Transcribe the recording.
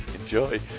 Enjoy